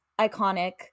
iconic